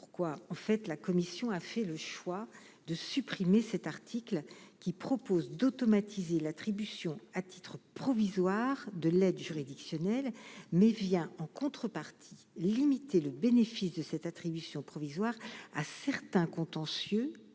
pourquoi, en fait, la Commission a fait le choix de supprimer cet article qui propose d'automatiser l'attribution à titre provisoire de l'aide juridictionnelle mais vient en contrepartie limiter le bénéfice de cette attribution provisoire à certains contentieux